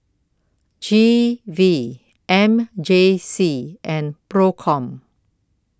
G V M J C and PROCOM